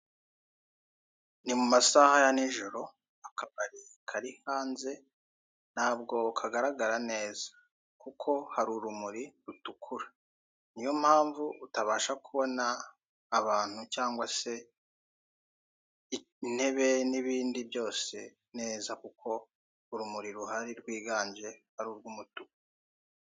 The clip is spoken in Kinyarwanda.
Ni mu masaha ya nijoro akabari kari hanze ntabwo kagaragara neza, kuko hari urumuri rutukura. Niyo mpamvu utabasha kubona abantu cyangwa se intebe n'ibindi byose neza kuko urumuri ruhari rwiganje ari urw'umutuku.